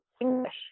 English